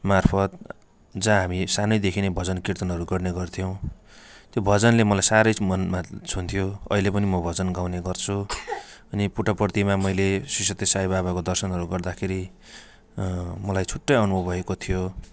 मार्फत जहाँ हामी सानैदेखि नै भजन किर्तनहरू गर्ने गर्थ्यौँ त्यो भजनले मलाई साह्रै मनमा छुन्थ्यो अहिले पनि म भजन गाउने गर्छु अनि पुट्टपर्तिमा मैले श्री सत्य साई बाबाको दर्शनहरू गर्दाखेरि मलाई छुट्टै अनुभव भएको थियो